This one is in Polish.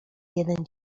jeden